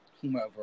whomever